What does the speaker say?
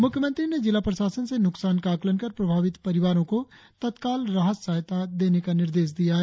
मुख्यमंत्री ने जिला प्रशासन से नुकसान का आकलन कर प्रभावित परिवारों को तत्काल राहत सहायता देने का निर्देश दिया है